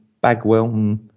Bagwell